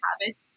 Habits